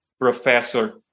professor